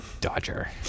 Dodger